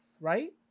right